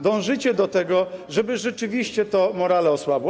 Dążycie do tego, żeby rzeczywiście to morale osłabło.